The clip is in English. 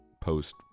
post